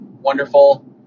wonderful